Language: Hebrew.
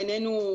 בעינינו,